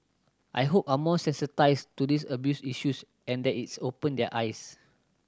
I hope are more sensitised to these abuse issues and that it's opened their eyes